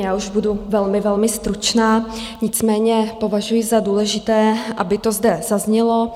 Já už budu velmi stručná, nicméně považuji za důležité, aby to zde zaznělo.